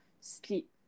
sleep